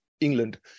England